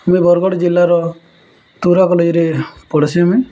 ଆମେ ବରଗଡ଼ ଜିଲ୍ଲାର ତୁର କଲେଜ୍ରେ ପଢ଼ୁସି ଆମେ